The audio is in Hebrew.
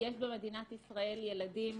יש במדינת ישראל ילדים